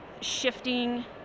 shifting